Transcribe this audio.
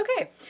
okay